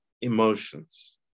emotions